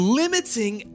limiting